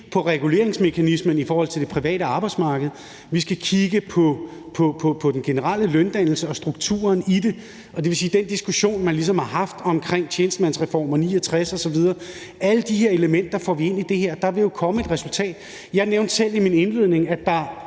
på reguleringsmekanismen i forhold til det private arbejdsmarked; vi skal kigge på den generelle løndannelse og på strukturen i det. Det vil sige, at vi i forhold til den diskussion, man ligesom har haft omkring tjenestemandsreformen fra 1969 osv., får alle de her elementer ind i det, og der vil jo komme et resultat. Jeg nævnte selv i min indledning, at der